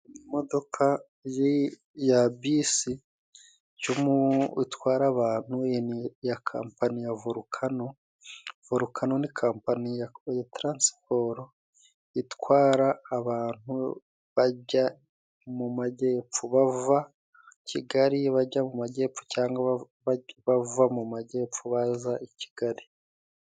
Imodoka ya bisi itwara abantu ya kampani ya Volukano, Volukano ni kampani ya taransiporo, itwara abantu bajya mu majyepfo bava i Kigali bajya mu majyepfo cyangwa bava mu majyepfo baza i Kigali.